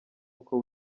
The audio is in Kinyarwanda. uko